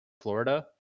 Florida